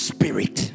Spirit